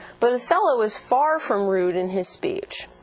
but othello is far from rude in his speech.